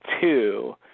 two